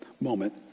moment